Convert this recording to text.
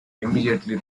immediately